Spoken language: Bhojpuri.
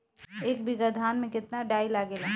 एक बीगहा धान में केतना डाई लागेला?